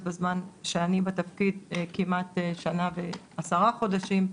אז בזמן שאני בתפקיד-כמעט שנה ועשרה חודשים,